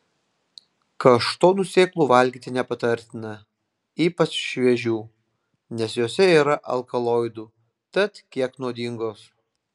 kaštonų sėklų valgyti nepatartina ypač šviežių nes jose yra alkaloidų tad kiek nuodingos